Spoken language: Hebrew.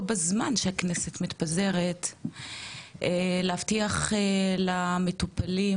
או בזמן שהכנסת מתפזרת להבטיח למטופלים